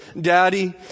daddy